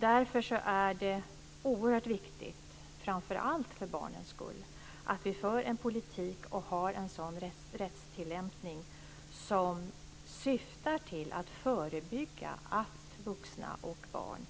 Därför är det oerhört viktigt, framför allt för barnens skull, att vi för en politik och har en rättstillämpning som syftar till att förebygga att vuxna och barn